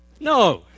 No